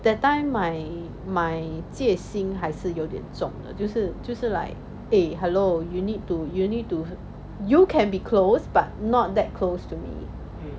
that time my my 戒心还是有一种就是就是 like eh hello you need to you need to you can be close but not that close to me